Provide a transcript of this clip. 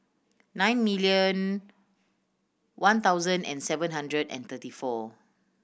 nine million one thousand and seven hundred and thirty four